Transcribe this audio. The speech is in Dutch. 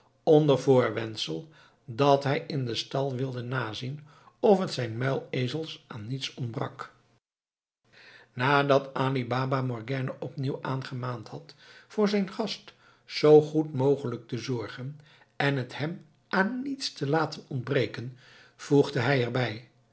onder voorwendsel dat hij in den stal wilde nazien of het zijn muilezels aan niets ontbrak nadat ali baba morgiane opnieuw aangemaand had voor zijn gast zoo goed mogelijk te zorgen en het hem aan niets te laten ontbreken voegde hij er